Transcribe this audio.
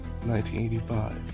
1985